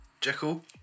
Jekyll